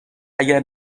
اگر